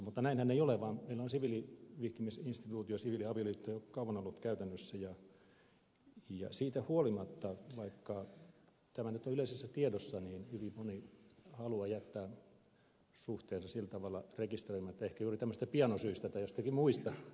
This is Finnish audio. mutta näinhän ei ole vaan meillä on siviilivihkimisinstituutio siviiliavioliitto ollut jo kauan käytännössä mutta siitä huolimatta vaikka tämä nyt on yleisessä tiedossa hyvin moni haluaa jättää suhteensa sillä tavalla rekisteröimättä ehkä juuri tämmöisistä piano syistä tai joistakin muista